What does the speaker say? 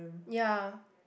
ya